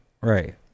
Right